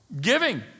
Giving